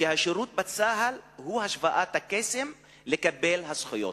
שהשירות בצה"ל הוא השוואת הקסם לקבל זכויות.